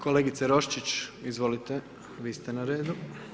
Kolegice Roščić, izvolite, vi ste na redu.